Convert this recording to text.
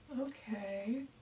Okay